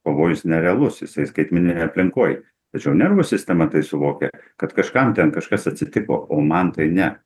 pavojus nerealus jisai skaitmeninėj aplinkoj tačiau nervų sistema tai suvokia kad kažkam ten kažkas atsitiko o man tai ne